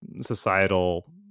societal